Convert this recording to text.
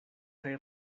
kaj